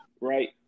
right